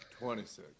26